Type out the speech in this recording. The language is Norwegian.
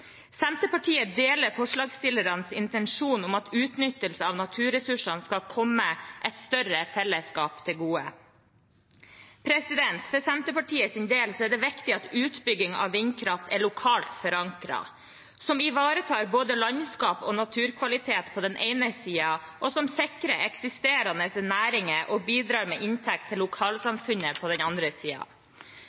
Senterpartiet deler forslagsstillernes intensjon om at utnyttelse av naturressursene skal komme et større fellesskap til gode. For Senterpartiets del er det viktig at utbygging av vindkraft er lokalt forankret, og at den ivaretar både landskap og naturkvalitet på den ene siden, og sikrer eksisterende næringer og bidrar med inntekt til lokalsamfunnet på den andre.